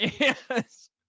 Yes